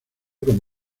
con